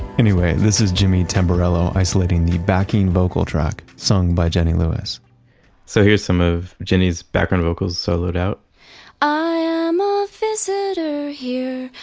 anyway, this is jimmy tamborello isolating the backing vocal track, sung by jenny lewis so here's some of jenny's background vocals soloed out i am a visitor here.